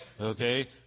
Okay